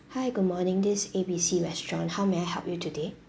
hi good morning this is A B C restaurant how may I help you today